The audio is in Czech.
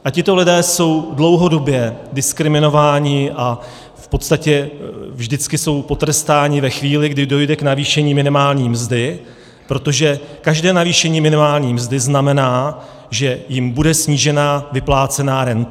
A tito lidé jsou dlouhodobě diskriminováni a v podstatě jsou potrestáni ve chvíli, kdy dojde k navýšení minimální mzdy, protože každé navýšení minimální mzdy znamená, že jim bude snížena vyplácená renta.